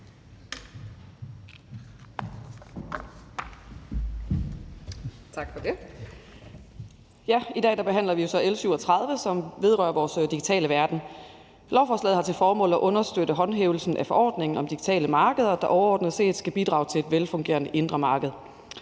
I dag behandler vi så L 37, som vedrører vores digitale verden. Lovforslaget har til formål at understøtte håndhævelsen af forordningen om digitale markeder, der overordnet set skal bidrage til et velfungerende indre marked.